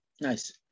Nice